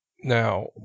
Now